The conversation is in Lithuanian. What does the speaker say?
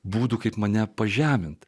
būdų kaip mane pažeminti